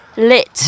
Lit